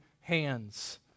hands